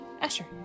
Asher